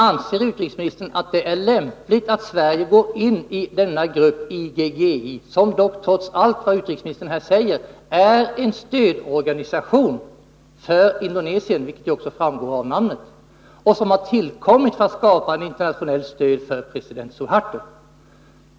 Anser utrikesministern att det är lämpligt att Sverige går in i gruppen IGGI, som trots allt vad utrikesministern säger är en stödorganisation för Indonesien — vilket framgår av namnet — och som har tillkommit för att skapa internationellt stöd för president Suharto?